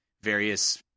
various